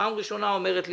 בפעם הראשונה אומרת לימור: